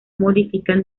modifican